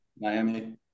Miami